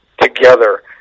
together